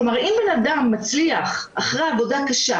כלומר, אם בן אדם מצליח אחרי עבודה קשה